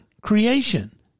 creation